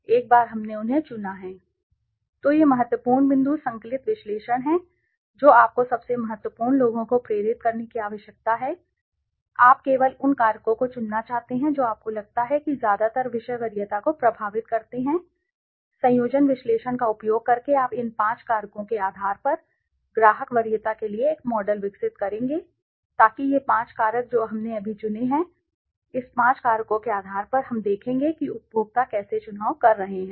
तो ये महत्वपूर्ण बिंदु संकलित विश्लेषण हैं जो आपको सबसे महत्वपूर्ण लोगों को प्रेरित करने की आवश्यकता है सही आप केवल उन कारकों को चुनना चाहते हैं जो आपको लगता है कि ज्यादातर विषय वरीयता को प्रभावित करते हैं संयोजन विश्लेषण का उपयोग करके आप इन पांच कारकों के आधार पर ग्राहक वरीयता के लिए एक मॉडल विकसित करेंगे ताकि ये पांच कारक जो हमने अभी चुने हैं इस पांच कारकों के आधार पर हम देखेंगे कि उपभोक्ता कैसे चुनाव कर रहे हैं